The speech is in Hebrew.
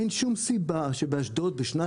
אין שום סיבה שבאשדוד בשנה